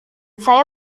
saya